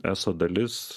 eso dalis